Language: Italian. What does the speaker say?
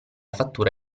fattura